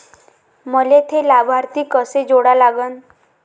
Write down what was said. मले थे लाभार्थी कसे जोडा लागन?